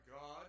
God